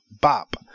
Bop